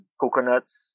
coconuts